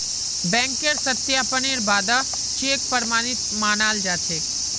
बैंकेर सत्यापनेर बा द चेक प्रमाणित मानाल जा छेक